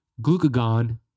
glucagon